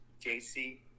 JC